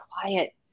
quiet